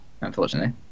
unfortunately